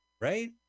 Right